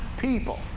people